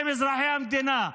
הם אזרחי המדינה.